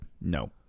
no